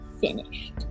finished